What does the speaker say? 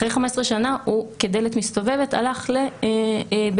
אחרי 15 שנה הוא כדלת מסתובבת הלך לעשות